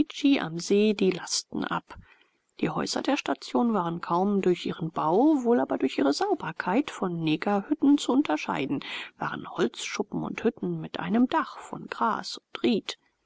am see die lasten ab die häuser der station waren kaum durch ihren bau wohl aber durch ihre sauberkeit von negerhütten zu unterscheiden waren holzschuppen und hütten mit einem dach von gras